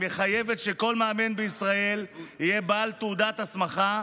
מחייבת שכל מאמן בישראל יהיה בעל תעודת הסמכה,